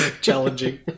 Challenging